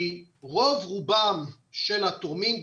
רוב רובם של התורמים,